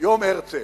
יום הרצל.